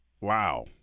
wow